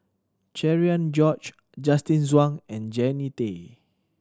Cherian George Justin Zhuang and Jannie Tay